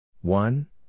One